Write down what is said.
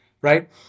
right